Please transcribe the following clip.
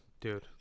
Dude